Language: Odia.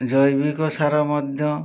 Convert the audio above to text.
ଜୈବିକ ସାର ମଧ୍ୟ